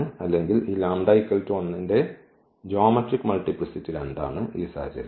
അല്ലെങ്കിൽ ഈ ന്റെ ജ്യോമെട്രിക് മൾട്ടിപ്ലിസിറ്റി 2 ആണ് ഈ സാഹചര്യത്തിൽ